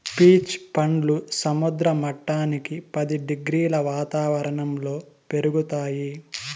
peach పండ్లు సముద్ర మట్టానికి పది డిగ్రీల వాతావరణంలో పెరుగుతాయి